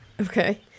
Okay